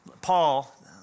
Paul